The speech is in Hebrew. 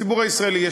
הציבור הישראלי,